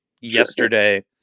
Yesterday